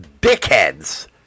Dickheads